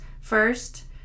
first